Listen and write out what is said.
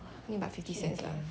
make about fifty cents lah